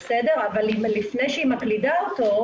אבל לפני שהיא מקלידה אותו,